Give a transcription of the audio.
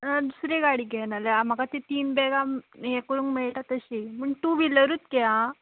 दुसरी गाडी घे नाजाल्यार फक्त तीन बॅगां हें करूंक मेळटा तशीं पूण टू व्हिलरूच घे आं